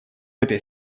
этой